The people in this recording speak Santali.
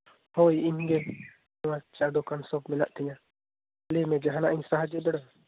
ᱦᱳᱭ ᱤᱧ ᱜᱮ ᱟᱪᱪᱷᱟ ᱫᱚᱠᱟᱱ ᱥᱚᱠ ᱢᱮᱱᱟᱜ ᱛᱤᱧᱟᱹ ᱞᱟᱹᱭ ᱢᱮ ᱡᱟᱦᱟᱸᱱᱟᱜ ᱤᱧ ᱥᱟᱦᱟᱡᱡᱚ ᱫᱟᱲᱮᱭᱟᱢᱟ